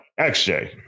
XJ